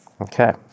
Okay